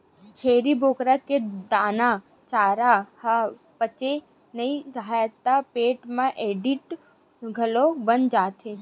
छेरी बोकरा के दाना, चारा ह पचे नइ राहय त पेट म एसिड घलो बन जाथे